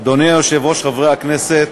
אדוני היושב-ראש, חברי הכנסת,